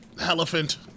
elephant